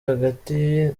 hagati